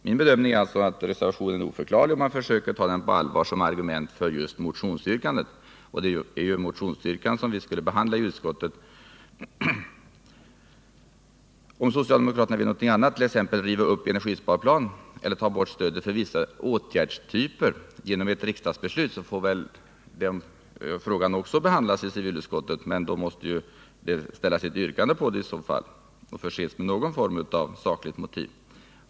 Min bedömning är att reservationen är oförklarlig om man försöker ta den på allvar som argument för just motionsyrkandet — det var ju motionsyrkandet som vi skulle behandla i utskottet. Om socialdemokraterna vill någonting annat, t.ex. riva upp energisparplanen eller ta bort stödet för vissa åtgärdstyper genom ett riksdagsbeslut, får väl också den frågan behandlas i civilutskottet. Men i så fall måste det ställas ett yrkande som förses med i varje fall något sakligt motiv.